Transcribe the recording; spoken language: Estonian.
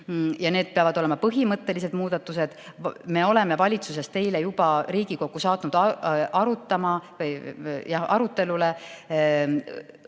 ja need peavad olema põhimõttelised muudatused. Me oleme valitsusest teile juba Riigikokku saatnud aruteluks